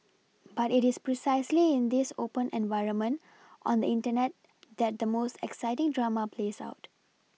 but it is precisely in this open environment on the Internet that the most exciting drama plays out